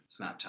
snapchat